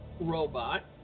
robot